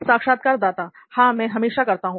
साक्षात्कारदाता हां मैं हमेशा करता हूं